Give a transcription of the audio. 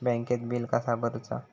बँकेत बिल कसा भरुचा?